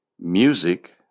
music